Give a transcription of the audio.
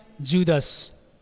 Judas